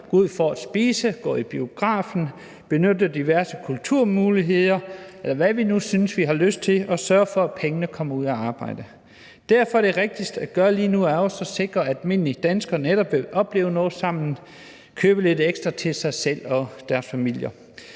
går ud for at spise, går i biografen, benytter diverse kulturmuligheder, eller hvad vi nu synes vi har lyst til, og sørger for, at pengene kommer ud at arbejde. Derfor er det rigtigste at gøre lige nu at sikre, at almindelige danskere netop vil opleve noget sammen; købe lidt ekstra til sig selv og deres familier.